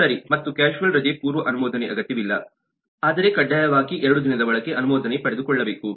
ಸರಿ ಮತ್ತು ಕ್ಯಾಶುಯಲ್ ರಜೆ ಪೂರ್ವ ಅನುಮೋದನೆ ಅಗತ್ಯವಿಲ್ಲ ಆದರೆ ಕಡ್ಡಾಯವಾಗಿ ಎರಡು ದಿನದ ಒಳಗೆ ಅನುಮೋದನೆ ಪಡೆದುಕೊಳ್ಳಬೇಕು